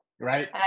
Right